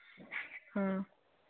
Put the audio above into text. ꯑꯥ